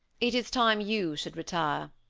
it is time you should retire.